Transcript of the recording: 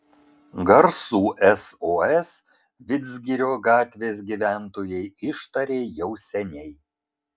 garsų sos vidzgirio gatvės gyventojai ištarė jau seniai